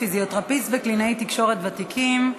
פיזיותרפיסט וקלינאי תקשורת ותיקים),